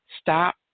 Stop